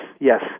yes